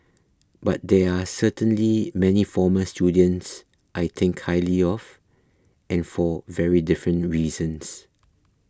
but there are certainly many former students I think highly of and for very different reasons